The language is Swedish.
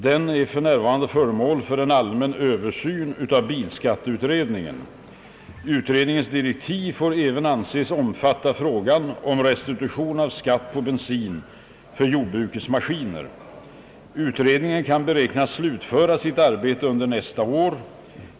Denna är f. n. föremål för en allmän översyn av bilskatteutredningen. Utredningens direktiv får även anses omfatta frågan om restitution av skatt på bensin för jordbrukets maskiner. Utredningen kan beräknas slutföra sitt arbete under nästa år.